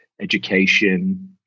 education